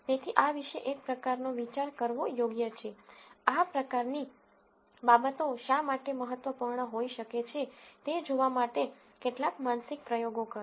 તેથી આ વિશે એક પ્રકારનો વિચાર કરવો યોગ્ય છે આ પ્રકારની બાબતો શા માટે મહત્વપૂર્ણ હોઈ શકે છે તે જોવા માટે કેટલાક માનસિક પ્રયોગો કરો